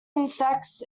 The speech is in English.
insects